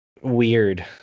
weird